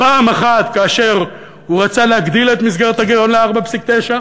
פעם אחת כאשר הוא רצה להגדיל את מסגרת הגירעון ל-4.9%,